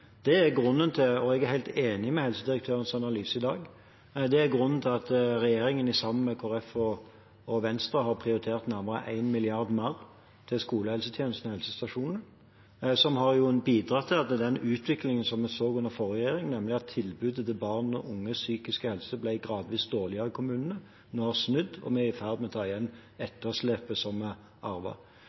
og jeg er helt enig med helsedirektørens analyse i dag. Det er grunnen til at regjeringen, sammen med Kristelig Folkeparti og Venstre, har prioritert nærmere 1 mrd. kr mer til skolehelsetjenesten og helsestasjonene, som har bidratt til at den utviklingen vi så under forrige regjering, nemlig at tilbudet til barn og unges psykiske helse gradvis ble dårligere i kommunene, nå har snudd, og at vi er i ferd med å ta igjen etterslepet som